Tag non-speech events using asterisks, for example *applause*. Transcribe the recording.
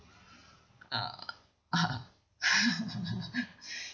ah ah ha *laughs*